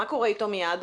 מה קורה איתו מייד?